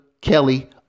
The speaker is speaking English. Kelly